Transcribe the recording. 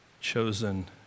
chosen